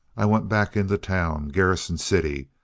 i went back into town garrison city.